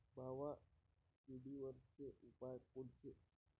मावा किडीवरचे उपाव कोनचे?